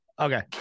Okay